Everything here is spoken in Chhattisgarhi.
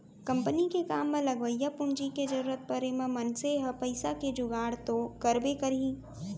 कंपनी के काम म लगवइया पूंजी के जरूरत परे म मनसे ह पइसा के जुगाड़ तो करबे करही